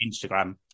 Instagram